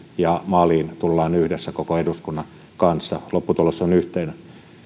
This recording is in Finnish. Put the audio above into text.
ja maalin tullaan yhdessä koko eduskunnan kanssa lopputulos on yhteinen